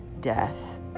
Death